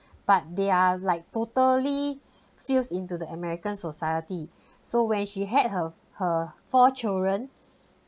but they are like totally fused into the american society so when she had her her four children